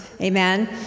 Amen